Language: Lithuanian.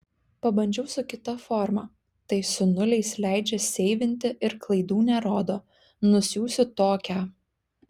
pabandžiau su kita forma tai su nuliais leidžia seivinti ir klaidų nerodo nusiųsiu tokią